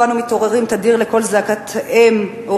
שבו אנו מתעוררים תדיר לקול זעקת אם או